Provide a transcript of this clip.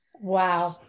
Wow